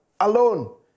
alone